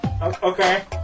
Okay